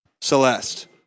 Celeste